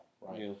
right